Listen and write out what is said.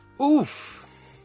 Oof